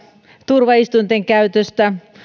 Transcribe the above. turvaistuinten käytöstä